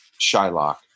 Shylock